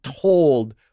told